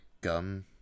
Gum